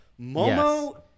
momo